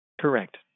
Correct